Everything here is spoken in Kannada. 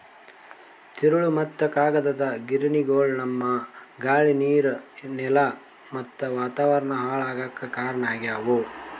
ತಿರುಳ್ ಮತ್ತ್ ಕಾಗದದ್ ಗಿರಣಿಗೊಳು ನಮ್ಮ್ ಗಾಳಿ ನೀರ್ ನೆಲಾ ಮತ್ತ್ ವಾತಾವರಣ್ ಹಾಳ್ ಆಗಾಕ್ ಕಾರಣ್ ಆಗ್ಯವು